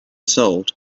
sold